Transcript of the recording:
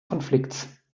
konflikts